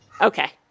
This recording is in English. Okay